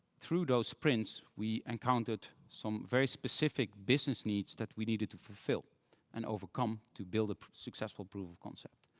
through those prints, we encountered some very specific business needs that we needed to fulfill and overcome to build a successful proof of concept.